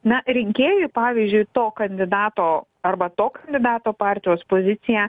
na rinkėjui pavyzdžiui to kandidato arba to kandidato partijos pozicija